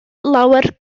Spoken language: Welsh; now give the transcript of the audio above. lawer